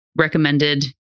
recommended